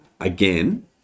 again